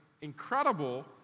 incredible